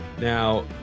Now